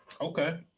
Okay